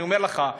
אני אומר לך,